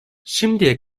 şimdiye